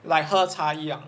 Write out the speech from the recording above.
like 喝茶一样